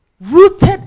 Rooted